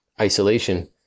isolation